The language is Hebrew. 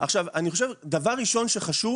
דבר ראשון שחשוב